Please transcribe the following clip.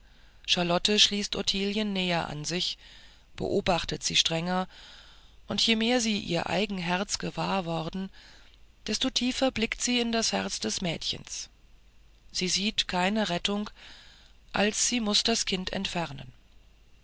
charlotte schließt ottilien näher an sich beobachtet sie strenger und je mehr sie ihr eigen herz gewahr worden desto tiefer blickt sie in das herz des mädchens sie sieht keine rettung als sie muß das kind entfernen